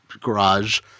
garage